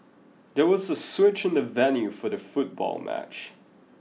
there was a switch in the venue for the football match